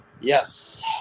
Yes